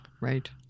right